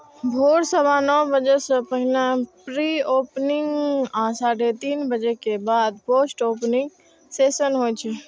भोर सवा नौ बजे सं पहिने प्री ओपनिंग आ साढ़े तीन बजे के बाद पोस्ट ओपनिंग सेशन होइ छै